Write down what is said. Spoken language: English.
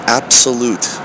absolute